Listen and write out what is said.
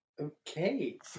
Okay